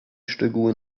szczegóły